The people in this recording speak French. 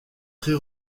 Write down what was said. très